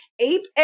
ape